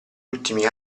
ultimi